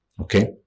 Okay